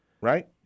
Right